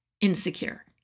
insecure